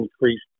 increased